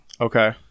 Okay